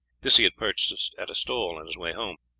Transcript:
this he had purchased at a stall on his way home.